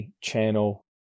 channel